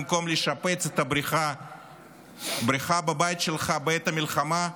במקום לשפץ את הבריכה בבית שלך בעת המלחמה,